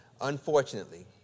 Unfortunately